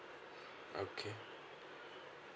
okay